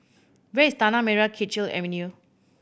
where is Tanah Merah Kechil Avenue